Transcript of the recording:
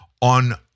on